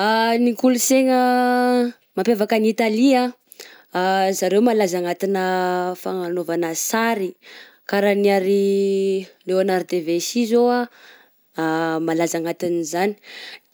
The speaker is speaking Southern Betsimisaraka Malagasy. Ny kolonsaina mampiavaka any Italia ah, zareo malaza anatina fagnanaovana sary, karaha ny ary i Leonard de Vinci zao ah malaza agnatin'izany,